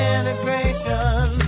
Integration